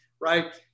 right